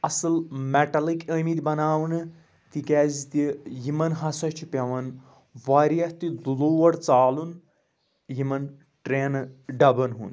اَصٕل مٮ۪ٹَلٕکۍ ٲمٕتۍ بَناونہٕ تِکیازِ تہِ یِمَن ہَسا چھُ پٮ۪وان واریاہ تہِ لوڑ ژالُن یِمَن ٹرٛینہٕ ڈَبَن ہُنٛد